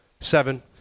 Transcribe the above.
Seven